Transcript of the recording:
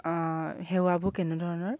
সেৱাবোৰ কেনেধৰণৰ